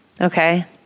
Okay